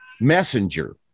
messenger